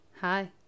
Hi